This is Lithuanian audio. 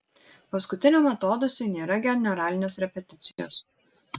paskutiniam atodūsiui nėra generalinės repeticijos